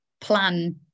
plan